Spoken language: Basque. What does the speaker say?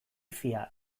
fia